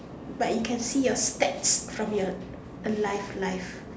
but you can see your stats from your alive life